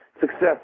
success